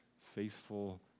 faithful